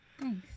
Thanks